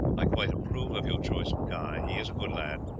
i quite approve of your choice of guy he is a good lad,